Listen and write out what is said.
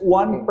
one